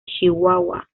chihuahua